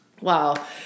wow